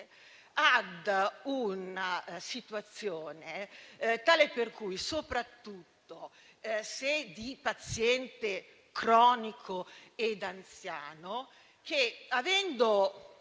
a una situazione tale per cui, soprattutto se di paziente cronico ed anziano, che, avendo